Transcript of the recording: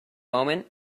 moment